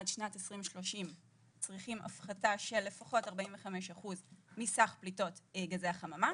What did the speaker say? עד שנת 2030 צריכים הפחתה של לפחות 45 אחוזים מסך פליטות גזי החממה,